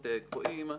בבקשה.